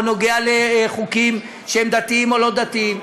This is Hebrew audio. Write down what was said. או נוגע לחוקים שהם דתיים או לא דתיים.